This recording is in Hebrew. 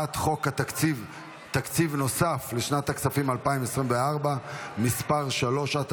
הצעת חוק תקציב נוסף לשנת הכספים 2024 (מס' 3),